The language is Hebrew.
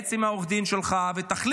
תתייעץ עם עורך הדין שלך ותחליט,